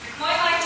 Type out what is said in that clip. למה?